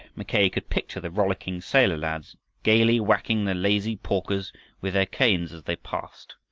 mackay could picture the rollicking sailor-lads gaily whacking the lazy porkers with their canes as they passed,